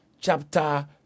chapter